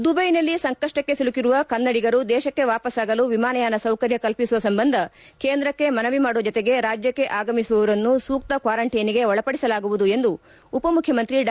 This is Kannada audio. ದುಬೈನಲ್ಲಿ ಸಂಕಷ್ಟಕ್ಕೆ ಸಿಲುಕಿರುವ ಕನ್ನಡಿಗರು ದೇಶಕ್ಕೆ ವಾಪಸಾಗಲು ವಿಮಾನಯಾನ ಸೌಕರ್ಯ ಕಲ್ಪಿಸುವ ಸಂಬಂಧ ಕೇಂದ್ರಕ್ಕೆ ಮನವಿ ಮಾಡುವ ಜತೆಗೆ ರಾಜ್ಕಕ್ಕೆ ಆಗಮಿಸುವವರನ್ನು ಸೂಕ್ತ ಕ್ವಾರಂಟೈನ್ಗೆ ಒಳಪಡಿಸಲಾಗುವುದು ಎಂದು ಉಪಮುಖ್ಯಮಂತ್ರಿ ಡಾ